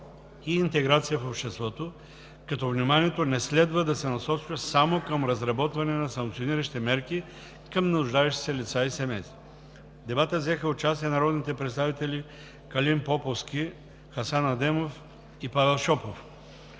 и интеграция в обществото, като вниманието не следва да се насочва само към разработване на санкционни мерки към нуждаещите се лица и семейства. В дебата взеха участие народните представители доктор Хасан Адемов, доктор